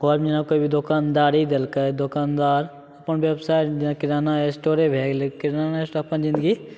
घरमे जेना कोइ भी दोकनदारी देलकै दोकानदार अपन व्यवसाय जेना किराना स्टोरे भए गेलै किराना स्टोर अपन जिन्दगी